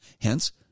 Hence